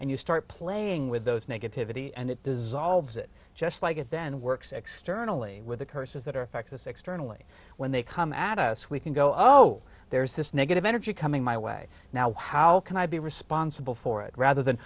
and you start playing with those negativity and it dissolves it just like it then works externally with the curses that are affecting us externally when they come at us we can go oh there's this negative energy coming my way now how can i be responsible for it rather than